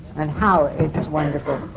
and how it's wonderful,